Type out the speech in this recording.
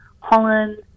Holland